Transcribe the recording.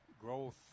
growth